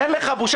אין לך בושה?